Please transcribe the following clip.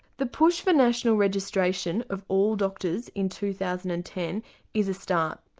the push for national registration of all doctors in two thousand and ten is a start.